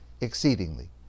exceedingly